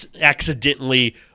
accidentally